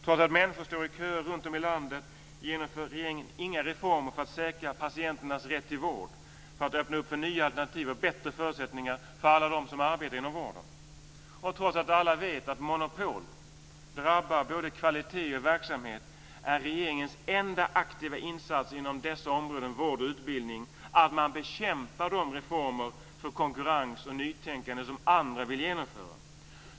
Trots att människor står i kö runtom i landet, genomför regeringen inga reformer för att säkra patienternas rätt till vård, för att öppna upp för nya alternativ och bättre förutsättningar för alla dem som arbetar inom vården. Trots att alla vet att monopol drabbar både kvalitet och verksamhet, är regeringens enda aktiva insats inom områdena vård och utbildning att bekämpa de reformer för konkurrens och nytänkande som andra vill genomföra.